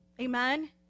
Amen